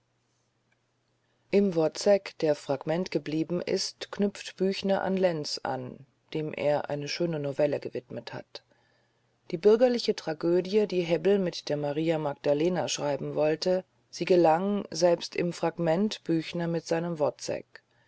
im wozzek der fragment geblieben ist knüpft büchner an lenz an dem er eine schöne novelle gewidmet hat die bürgerliche tragödie die hebbel mit der maria magdalena schreiben wollte sie gelang selbst im fragment büchner mit seinem wozzek